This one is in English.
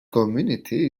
community